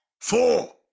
four